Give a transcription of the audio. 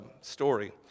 story